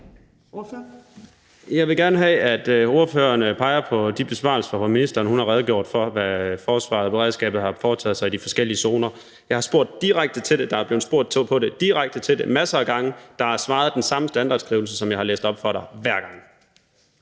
Jeg vil gerne have, at ordføreren peger på de besvarelser, hvori ministeren har redegjort for, hvad forsvaret og beredskabet har foretaget sig i de forskellige zoner. Jeg har spurgt direkte til det, og der er blevet spurgt direkte til det masser af gange, og der er svaret med den samme standardskrivelse, som jeg har læst op for dig, hver gang.